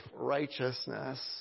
righteousness